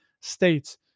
states